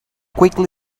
quickly